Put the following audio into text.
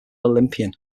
olympian